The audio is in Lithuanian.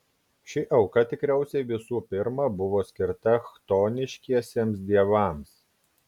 ši auka tikriausiai visų pirma buvo skirta chtoniškiesiems dievams